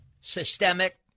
systemic